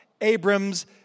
Abram's